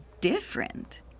different